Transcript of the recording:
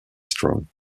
strong